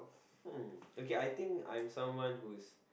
hmm okay I think I'm someone who's